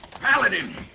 Paladin